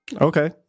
Okay